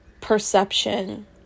perception